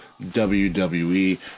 WWE